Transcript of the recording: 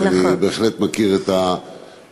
אני בהחלט מכיר את התוכניות,